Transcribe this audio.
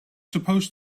supposed